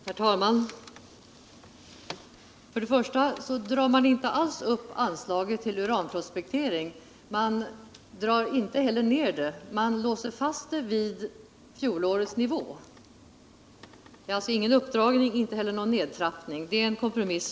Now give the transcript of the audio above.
Herr talman! Jag vill först och främst säga att man inte alls drar upp unslaget till uranprospektering. Man drar inte heller ner det, utan man låser fast det vid fjolårets nivå. Det är alltså inte fråga om någon uppdragning, inte heller någon nedtrappning. utan vi har här gjort en kompromiss.